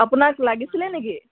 আপোনাক লাগিছিলে নেকি